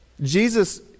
Jesus